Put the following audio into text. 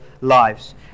lives